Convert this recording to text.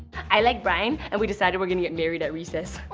i like brian, and we decided we're gonna get married at recess. oh,